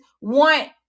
want